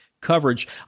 coverage